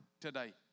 today